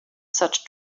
such